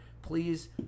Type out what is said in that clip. Please